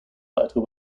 lighter